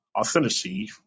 Authenticity